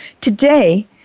Today